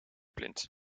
plint